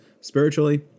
spiritually